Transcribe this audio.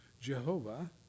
Jehovah